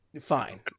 fine